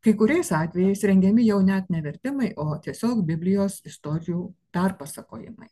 kai kuriais atvejais rengiami jau net ne vertimai o tiesiog biblijos istorijų perpasakojimai